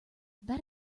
that